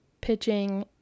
pitching